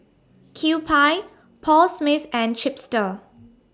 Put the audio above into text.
Kewpie Paul Smith and Chipster